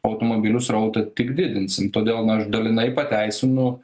automobilių srautą tik didinsim todėl aš dalinai pateisinu